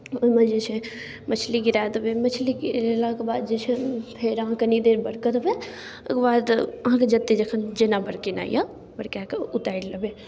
ओहिमे जे छै मछली गिरा देबै मछली गिरेलाके बाद जे छै फेर अहाँ कनि देर बरकऽ देबै ओकर बाद अहाँके जतेक जखन जेना बरकेनाए बरकाकऽ उतारि लेबै